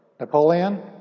Napoleon